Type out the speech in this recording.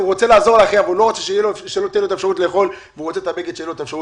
הוא רוצה שתהיה לו אפשרות לאכול והוא רוצה את הבגד ללבוש.